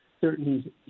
certain